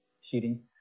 shooting